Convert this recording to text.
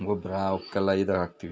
ಗೊಬ್ಬರ ಅವ್ಕೆಲ್ಲ ಇದು ಹಾಕ್ತೀವಿ